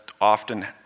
often